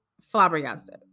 flabbergasted